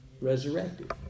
resurrected